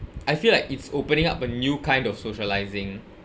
I feel like it's opening up a new kind of socialising